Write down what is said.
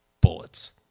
Bullets